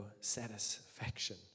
satisfaction